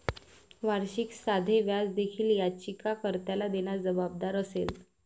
वार्षिक साधे व्याज देखील याचिका कर्त्याला देण्यास जबाबदार असेल